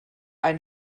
ein